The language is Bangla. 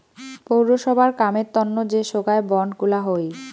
পৌরসভার কামের তন্ন যে সোগায় বন্ড গুলা হই